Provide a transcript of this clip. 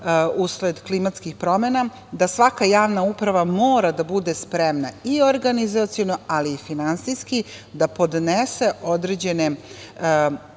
usled klimatskih promena, da svaka javna uprava mora da bude spremna i organizaciono, ali i finansijski da podnese određene